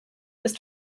ist